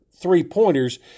three-pointers